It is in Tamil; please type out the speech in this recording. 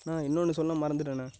அண்ணா இன்னோன்று சொல்ல மறந்துட்டேண்ணே